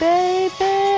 Baby